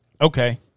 Okay